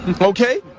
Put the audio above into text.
Okay